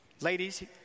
Ladies